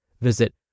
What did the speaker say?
Visit